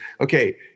okay